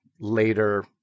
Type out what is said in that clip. later